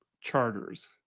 charters